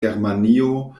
germanio